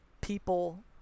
people